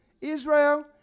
Israel